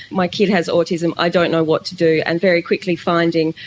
my kid has autism, i don't know what to do and very quickly finding,